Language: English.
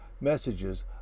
messages